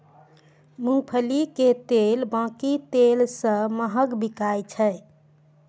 मूंगफली के तेल बाकी तेल सं महग बिकाय छै